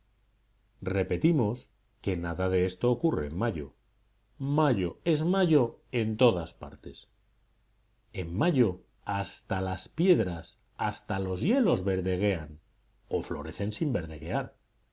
repetimos que nada de esto ocurre en mayo mayo es mayo en todas partes en mayo hasta las piedras hasta los hielos verdeguean o florecen sin verdeguear